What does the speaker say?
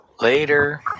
Later